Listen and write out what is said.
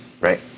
right